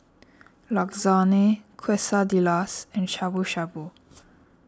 Lasagne Quesadillas and Shabu Shabu